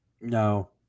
No